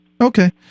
Okay